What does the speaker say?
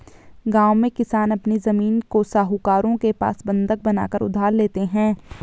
गांव में किसान अपनी जमीन को साहूकारों के पास बंधक बनाकर उधार लेते हैं